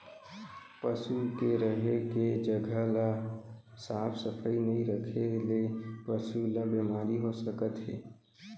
पसू के रेहे के जघा ल साफ सफई नइ रखे ले पसु ल बेमारी हो सकत हे